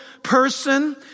person